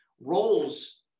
roles